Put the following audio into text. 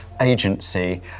agency